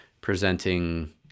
presenting